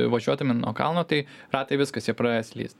važiuodami nuo kalno tai ratai viskas jie pradeda slyst